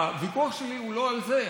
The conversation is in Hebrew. הוויכוח שלי הוא לא על זה.